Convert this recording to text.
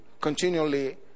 continually